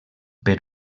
per